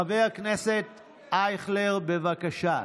חבר הכנסת אייכלר, בבקשה.